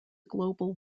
global